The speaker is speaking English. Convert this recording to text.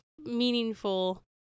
meaningful